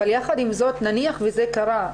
אבל יחד עם זאת נניח וזה קרה,